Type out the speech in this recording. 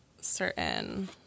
certain